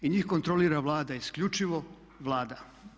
I njih kontrolira Vlada, isključivo Vlada.